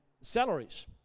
salaries